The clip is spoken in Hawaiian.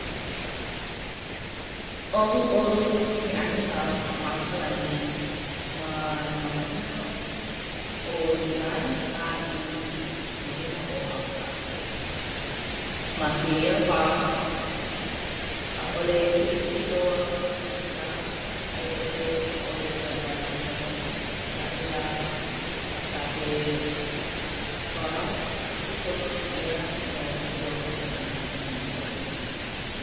ʻOluʻolu ke anilā ma Palani ma nā mahina ʻo Iulai a i ka mahina ʻo ʻAukake. Ma kēia wā, ʻaʻole huʻihuʻi loa ke anilā a i ʻole ʻaʻole wela nō ke anilā akā he wā kūpono kēia no ka huakaʻi ʻana i Palani.